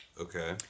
Okay